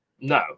No